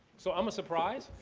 so i'm a surprise?